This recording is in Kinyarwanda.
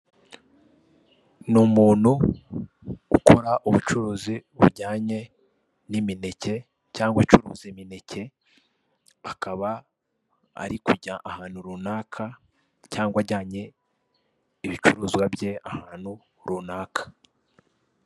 Ni umuntu ukora ubucuruzi bujyanye n'imineke cyangwa acuruza imineke, akaba ari kujya ahantu runaka, cyangwa ajyanye ibicuruzwa bye ahantu runaka.